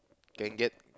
can get